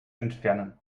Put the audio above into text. entfernen